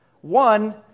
One